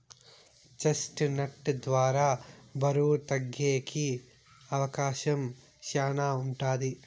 chest నట్ ద్వారా బరువు తగ్గేకి అవకాశం శ్యానా ఉంటది